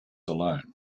alone